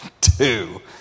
two